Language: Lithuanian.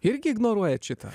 irgi ignoruojat šitą